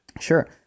Sure